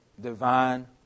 divine